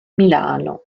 milano